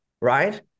right